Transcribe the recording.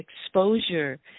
exposure